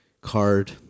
card